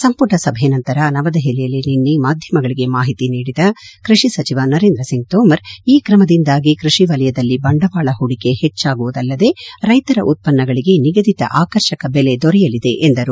ಸಂಪುಟ ಸಭೆಯ ನಂತರ ನವದೆಹಲಿಯಲ್ಲಿ ನಿನ್ನೆ ಮಾಧ್ಯಮಗಳಿಗೆ ಮಾಹಿತಿ ನೀಡಿದ ಕೃಷಿ ಸಚಿವ ನರೇಂದ್ರ ಸಿಂಗ್ ತೋಮರ್ ಈ ಕ್ರಮದಿಂದಾಗಿ ಕೃಷಿ ವಲಯದಲ್ಲಿ ಬಂಡವಾಳ ಹೂಡಿಕೆ ಹೆಚ್ಚಾಗುವುದಲ್ಲದೆ ರೈತರ ಉತ್ಸನ್ನಗಳಿಗೆ ನಿಗದಿತ ಆಕರ್ಷಕ ಬೆಲೆ ದೊರೆಯಲಿದೆ ಎಂದರು